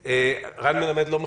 רן מלמד לא מחובר?